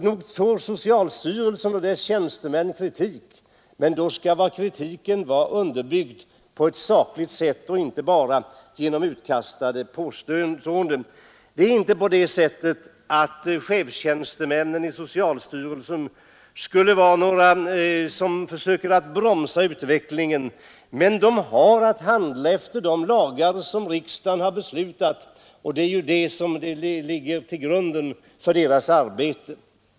Nog tål socialstyrelsen och dess tjänstemän kritik, men då skall kritiken vara underbyggd på ett sakligt sätt, inte bara bestå i utkastade påståenden. Det är inte så att chefstjänstemännen i socialstyrelsen försöker bromsa utvecklingen. De har att handla enligt de lagar som riksdagen beslutat om. Det är det som ligger till grund för deras arbete.